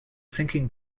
sinking